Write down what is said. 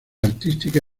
artística